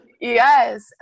Yes